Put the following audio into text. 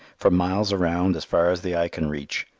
for miles around, as far as the eye can reach,